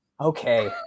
Okay